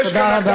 תודה רבה.